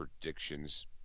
predictions